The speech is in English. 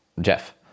Jeff